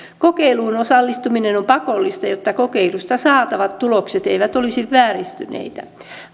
kokeiluun osallistuminen on pakollista jotta kokeilusta saatavat tulokset eivät olisi vääristyneitä